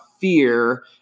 fear